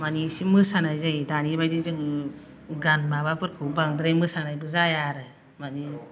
मानि एसे मोसानाय जायो दानि बादि जों गान माबाफोरखौ बांद्राय मोसानायबो जाया आरो माने